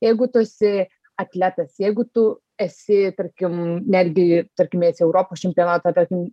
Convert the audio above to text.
jeigu tu esi atletas jeigu tu esi tarkim netgi tarkim esi europos čempionato tarkim